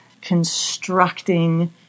constructing